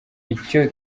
icyo